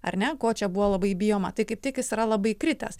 ar ne ko čia buvo labai bijoma tai kaip tik jisai yra labai kritęs